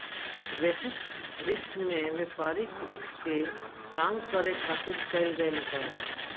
basis risk में व्यापारिक risk के कम करे खातिर कईल गयेल उपाय ह